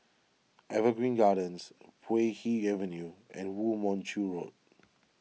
Evergreen Gardens Puay Hee Avenue and Woo Mon Chew Road